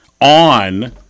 on